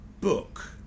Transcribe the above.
book